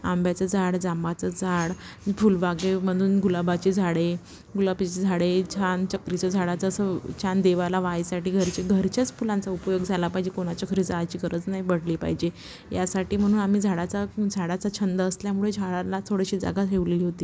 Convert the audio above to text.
आंब्याचं झाड जांभळाचं झाड फुलवागे मधून गुलाबाची झाडे गुलाबीचे झाडे छान चक्रीचं झाड जसं छान देवाला वाहायासाठी घरचे घरच्याच फुलांचा उपयोग झाला पाहिजे कोणाच्या घरी जायची गरज नाही पडली पाहिजे यासाठी म्हणून आम्ही झाडाचा झाडाचा छंद असल्यामुळे झाडाला थोडीशी जागा ठेवली होती